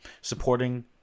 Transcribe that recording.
supporting